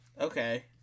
Okay